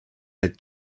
had